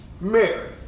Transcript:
Mary